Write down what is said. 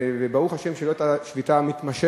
וברוך השם שזו לא היתה שביתה מתמשכת,